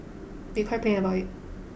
be quite plain about it